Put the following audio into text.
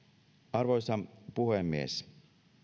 arvoisa puhemies